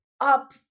up